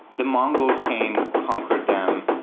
the mongols came, conquered them.